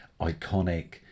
iconic